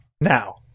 now